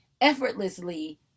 effortlessly